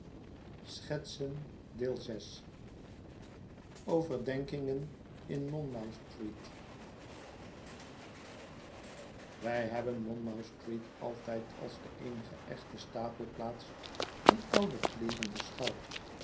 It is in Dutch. overdenkingen in monmouth street wij hebben monmouth street altijd als de eenige echte stapelplaats van oude kleeren beschouwd